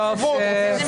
מי נמנע?